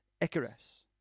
Icarus